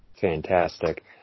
fantastic